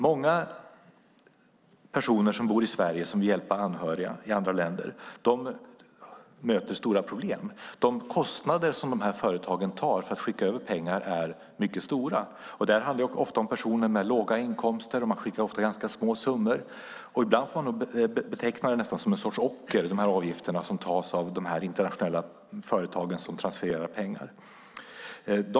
Många personer som bor i Sverige och som vill hjälpa anhöriga i andra länder möter stora problem. De kostnader som företagen tar för att skicka över pengar är mycket stora. Det handlar ofta om personer med låga inkomster. De skickar ofta ganska små summor. Ibland får man nästan beteckna de avgifter som tas ut av de internationella företag som transfererar pengar som något slags ocker.